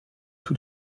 tout